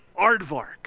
Aardvark